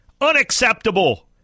unacceptable